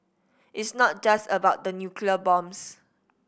it's not just about the nuclear bombs